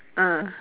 ah